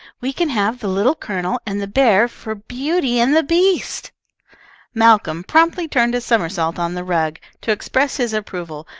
we can have the little colonel and the bear for beauty and the beast malcolm promptly turned a somersault on the rug, to express his approval,